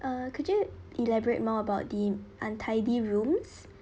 uh could you elaborate more about the untidy rooms